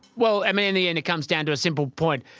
well i mean in the end it comes down to a simple point.